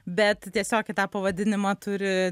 bet tiesiog į tą pavadinimą turi